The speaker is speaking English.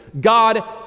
God